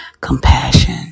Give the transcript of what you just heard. compassion